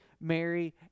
Mary